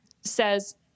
says